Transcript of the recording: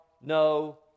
no